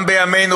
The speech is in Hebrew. גם בימינו,